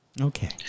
Okay